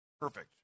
Perfect